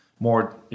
more